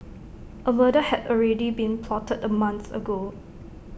A murder had already been plotted A month ago